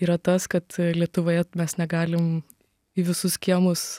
yra tas kad lietuvoje mes negalim į visus kiemus